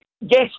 yes